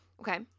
Okay